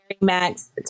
Max